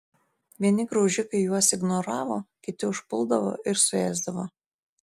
vieni graužikai juos ignoravo kiti užpuldavo ir suėsdavo